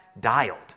dialed